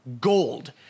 gold